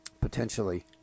Potentially